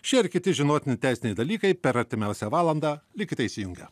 šie ir kiti žinotini teisiniai dalykai per artimiausią valandą likite įsijungę